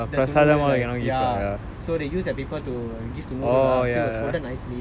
the துணுறு:tunuru lah ya so they use the paper to give to the noodle ya so it was folded nicely